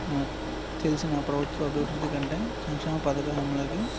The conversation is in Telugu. మన తెలిసిన ప్రభుత్వ అభివృద్ధి కంటే సంక్షేమ పథకాల అమలుకి